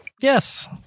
Yes